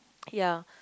ya